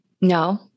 no